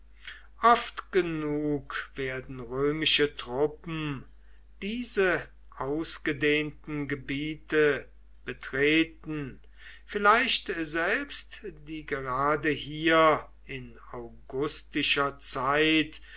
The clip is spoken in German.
oft genug werden römische truppen diese ausgedehnten gebiete betreten vielleicht selbst die gerade hier in augustischer zeit